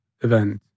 event